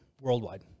worldwide